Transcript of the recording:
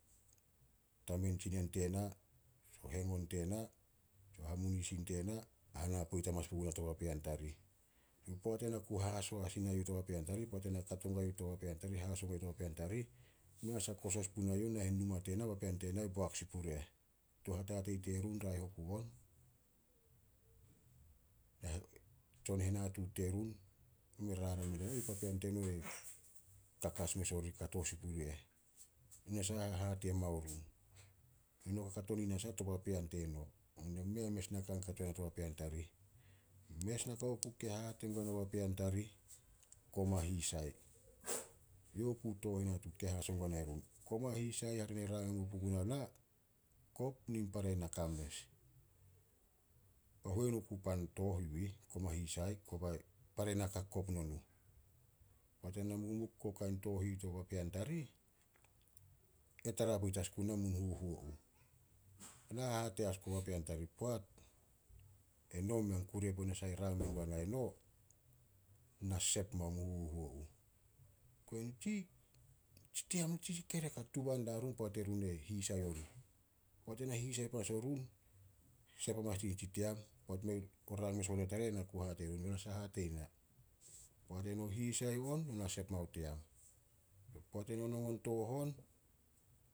Tamen tsinen tena, o hengon tena tsio hamunisin tena, hana poit amanas puguna to papean tarih. Poat ena ku haso as i nai youh to papean tarih, poat ena kato gua youh to papean tarih haso guai youh to papean tarih, mei a sah kosos puna i youh, nahen numa tena papean tena boak sin puri eh. Touhatatei terun raeh oku on, tsonhenatuut terun kakas mes o orih, kato sin puri eh. Nasah hahate mao run? Eno kakato ni nasah to papean teno? Mei a mes naka kato yana to papean tarih. Mes naka o ku ke hahate guana o papean tarih, "Koma hisai." Youh ku tooh henatuut ke hahaso guanai run. Koma hisai, hare ne rang hamuo hakap puguna na, kop nin para naka mes. Pa huenu ku pan tooh yu ih, koma hisai, kobai para naka kop no nuh. Poat ena mumuk guo kain tooh i ih to papean tarih, e tara poit as guna mun huhuo uh. Na hahate as guo papean tarih, poat eno mei an kure puo nasah ke rang mengua nai no, na sep mao mun huhuo uh. Kobe nitsi team nitsi kekerek a tuba diarun poat erun e hisai orih. Poat na hisai panas run, sep amanas dih nitsi team. Poat o rang me soot ona tarih ai na ku hate run, "Bei nasah hate ina?" Poat eno hisai on, no na sep mao team. Poat eno nongon tooh on,